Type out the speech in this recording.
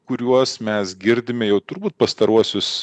kuriuos mes girdime jau turbūt pastaruosius